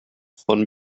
von